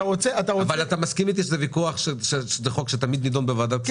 אתה מסכים אתי שזה חוק שתמיד נידון בוועדת הכספים?